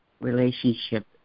relationship